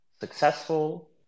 successful